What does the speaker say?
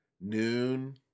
noon